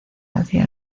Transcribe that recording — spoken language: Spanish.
hacia